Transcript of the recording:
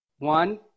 One